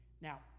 Now